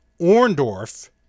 Orndorf